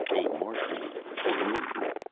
a martin for an eden.